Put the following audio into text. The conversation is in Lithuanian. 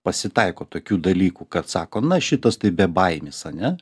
pasitaiko tokių dalykų kad sako na šitas tai bebaimis ane